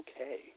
okay